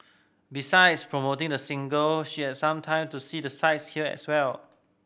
besides promoting the single she has some time to see the sights here as well